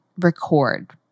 record